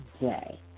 day